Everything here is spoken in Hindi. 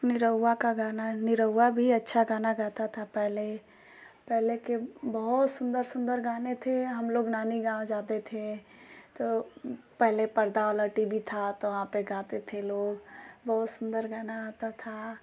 निरहुआ का गाना निरहुआ भी अच्छा गाना गाता था पहले पहले के बहुत सुंदर सुंदर गाने थे हम लोग नानी गाँव जाते थे तो पहले पर्दा वाला टी वी था तो वहाँ पर गाते थे लोग बहुत सुंदर गाना आता था